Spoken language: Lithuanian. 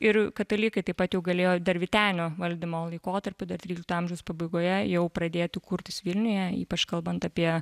ir katalikai taip pat jau galėjo dar vytenio valdymo laikotarpiu dar trylikto amžiaus pabaigoje jau pradėti kurtis vilniuje ypač kalbant apie